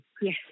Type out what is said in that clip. Yes